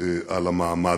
על המעמד.